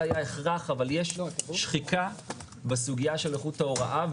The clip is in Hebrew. היה הכרח אבל יש שחיקה בסוגיה של איכות ההוראה,